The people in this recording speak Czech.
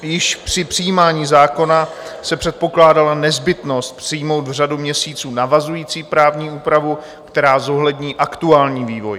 Již při přijímání zákona se předpokládala nezbytnost přijmout v řádu měsíců navazující právní úpravu, která zohlední aktuální vývoj.